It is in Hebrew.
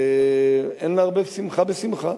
אין לערבב שמחה בשמחה.